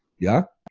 yeah?